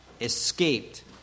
escaped